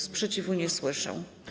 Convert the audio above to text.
Sprzeciwu nie słyszę.